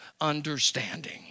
understanding